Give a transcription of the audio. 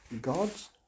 God's